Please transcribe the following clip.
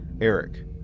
Eric